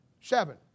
Seven